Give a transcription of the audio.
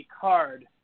card